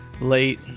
late